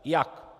Jak?